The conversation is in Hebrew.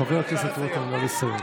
חבר הכנסת רוטמן, נא לסיים.